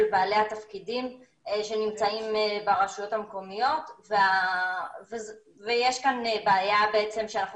בעלי התפקידים שנמצאים ברשויות המקומיות ויש כאן בעיה שאנחנו